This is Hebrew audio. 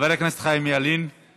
לחוק הכניסה לישראל התשי"ב 1952,